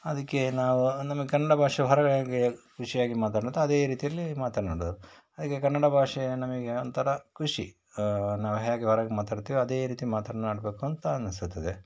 ಅದಕ್ಕೆ ನಾವು ನಮ್ಮ ಕನ್ನಡ ಭಾಷೆ ಹೊರ್ಗಡೆ ಹೇಗೆ ಖುಷಿಯಾಗಿ ಮಾತಾಡುತ್ತೋ ಅದೇ ರೀತಿಯಲ್ಲಿ ಮಾತನಾಡೋದು ಹಾಗೆ ಕನ್ನಡ ಭಾಷೆ ನಮಗೆ ಒಂಥರ ಖುಷಿ ನಾವು ಹೇಗ್ ಹೊರಗೆ ಮಾತಾಡ್ತೇವೆ ಅದೇ ರೀತಿ ಮಾತನ್ನಾಡಬೇಕೂಂತ ಅನ್ನಿಸುತ್ತದೆ